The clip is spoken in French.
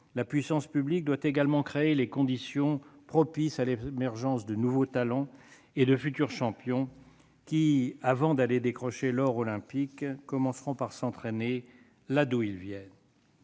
la puissance publique doit également créer les conditions propices à l'émergence de nouveaux talents et de futurs champions qui, avant d'aller décrocher l'or olympique, commenceront par s'entraîner là d'où ils viennent.